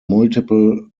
multiple